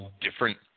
different